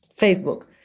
Facebook